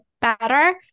better